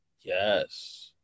Yes